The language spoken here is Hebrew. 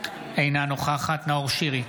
אינה נוכחת נאור שירי,